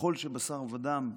ככל שבשר ודם יכול.